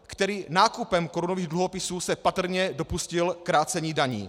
který nákupem korunových dluhopisů se patrně dopustil krácení daní;